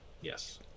Yes